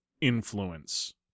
influence